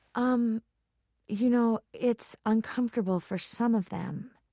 um you know, it's uncomfortable for some of them,